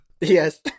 Yes